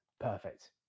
Perfect